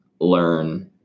learn